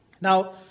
Now